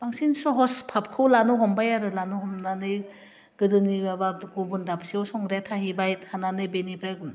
बांसिन सहस फाबखौ लानो हमबाय आरो लानो हमनानै गोदोनि माबा गुबुन दाबसेयाव संग्राया थाहैबाय थानानै बेनिफ्राय